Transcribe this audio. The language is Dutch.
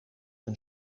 een